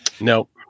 Nope